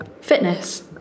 fitness